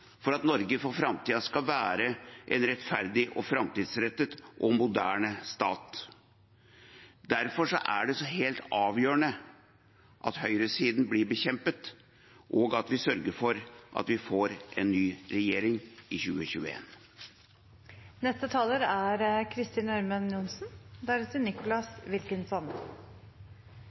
for at Norge for framtida skal være en rettferdig, framtidsrettet og moderne stat. Derfor er det helt avgjørende at høyresiden blir bekjempet, og at vi sørger for at vi får en ny regjering i 2021. Det er